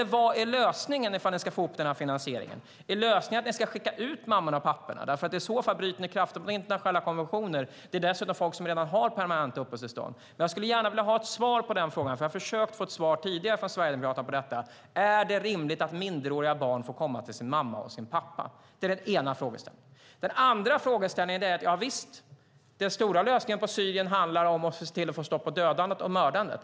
Vad är lösningen om ni ska få ihop finansieringen? Är lösningen att ni ska skicka ut mammorna och papporna? I så fall bryter ni kraftigt mot internationella konventioner. Det är dessutom människor som redan har permanenta uppehållstillstånd. Jag skulle gärna vilja ha ett svar på den frågan. Jag har försökt att få ett svar tidigare från Sverigedemokraterna på detta. Är det rimligt att minderåriga barn får komma till sin mamma och sin pappa? Det är den ena frågeställningen. Den andra frågeställningen är följande. Visst handlar den stora lösningen i Syrien om att se till att få stopp på dödandet och mördandet.